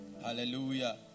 Hallelujah